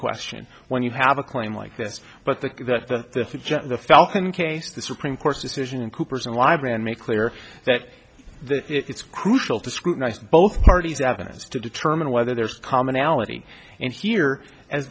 question when you have a claim like this but the judge in the falcon case the supreme court's decision in coopers and librarian make clear that it's crucial to scrutinize both parties evidence to determine whether there's commonality in here as